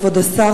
כבוד השר,